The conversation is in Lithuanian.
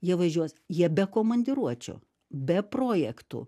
jie važiuos jie be komandiruočių be projektų